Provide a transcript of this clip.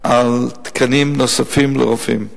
על תקנים נוספים לרופאים,